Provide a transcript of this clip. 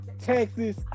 Texas